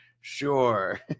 sure